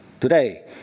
Today